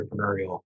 entrepreneurial